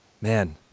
Man